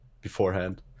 beforehand